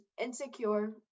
Insecure